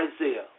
Isaiah